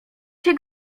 się